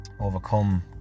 overcome